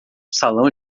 salão